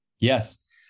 Yes